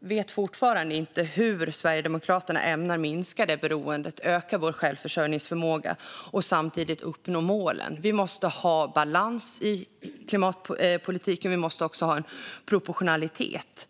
vet fortfarande inte hur Sverigedemokraterna ämnar minska beroendet, öka vår självförsörjningsförmåga och samtidigt uppnå målen. Vi måste ha balans i politiken, och det måste också råda proportionalitet.